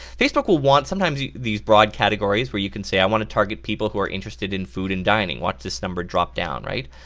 facebook will want, sometimes these broad categories where you can say i want to target people who are interested in food and dining. watch this number drop down right,